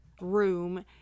room